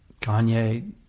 Kanye